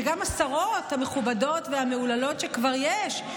וגם השרות המכובדות והמהוללות שכבר יש,